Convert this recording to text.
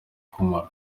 kumara